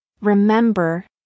Remember